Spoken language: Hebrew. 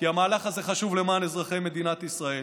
כי המהלך הזה חשוב למען אזרחי מדינת ישראל.